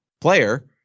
player